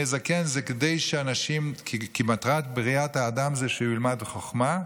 זקן" שמטרת בריאת האדם היא שהוא ילמד חוכמה,